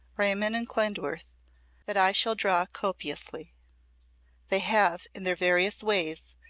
riemann and klindworth that i shall draw copiously they have, in their various ways,